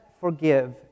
forgive